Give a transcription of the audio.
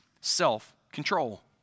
self-control